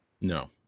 No